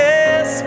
Yes